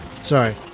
sorry